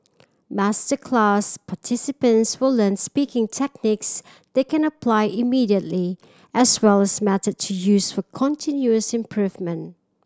masterclass participants will learn speaking techniques they can apply immediately as well as methods to use for continuous improvement